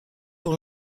pour